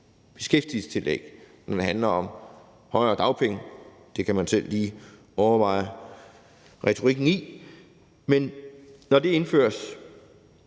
»beskæftigelsestillæg«, når det handler om højere dagpenge; det kan man selv lige overveje retorikken i. Når det indføres,